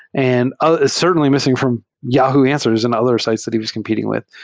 and ah is certainly missing from yahoo answers and other sites that he was competing with.